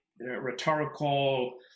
rhetorical